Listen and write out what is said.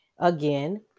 again